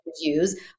use